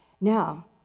Now